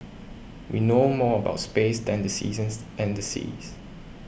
we know more about space than the seasons and the seas